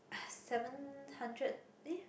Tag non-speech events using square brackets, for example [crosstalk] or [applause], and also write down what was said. [breath] seven hundred eh